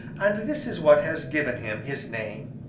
and this is what has given him his name.